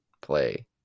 play